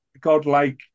godlike